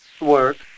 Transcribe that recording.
work